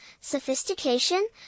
sophistication